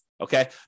Okay